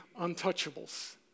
untouchables